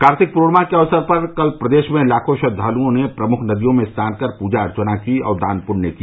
कार्तिक पूर्णिमा के अवसर पर कल प्रदेश में लाखों श्रद्वालुओं ने प्रमुख नदियों में स्नान कर पूजा अर्चना की और दान पुण्य किया